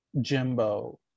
Jimbo